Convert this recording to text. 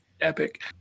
epic